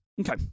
Okay